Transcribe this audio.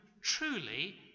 truly